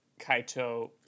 Kaito